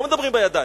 לא מדברים בידיים.